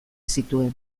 zituen